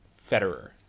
Federer